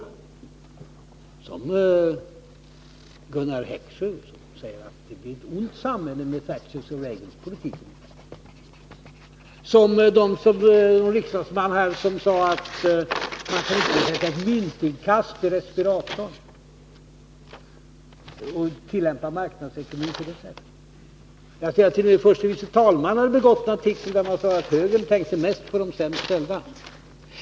Det är t.ex. Gunnar Heckscher, som säger att det blir ett ont samhälle med Thatchers och Reagans politik, och den riksdagsman som sade att man inte kan sätta myntinkast på en respirator och tillämpa marknadsekonomin på det sättet. Och jag ser att t.o.m. förste vice talmannen har en artikel där hon säger att högern tänker mest på de sämst ställda.